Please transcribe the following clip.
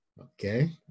Okay